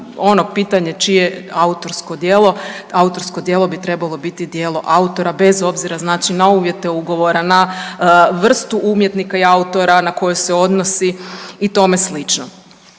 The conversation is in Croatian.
ono pitanje čije je autorsko djelo? Autorsko djelo bi trebalo biti djelo autora bez obzira na uvjete ugovora, na vrstu umjetnika i autora na koje se odnosi i tome slično.